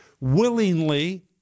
willingly